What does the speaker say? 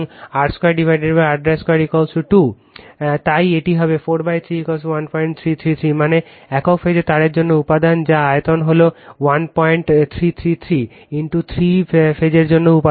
সুতরাং r 2 r 2 2 তাই এটি হবে 4 3 1333 মানে একক ফেজ তারের জন্য উপাদান যা আয়তন আসলে 1333 তিন ফেজের জন্য উপাদান